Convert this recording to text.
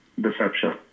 deception